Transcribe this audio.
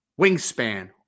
wingspan